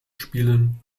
spielen